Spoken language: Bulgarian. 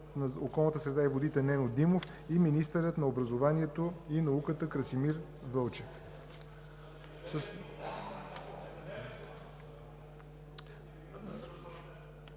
на околната среда и водите Нено Димов и министърът на образованието и науката Красимир Вълчев.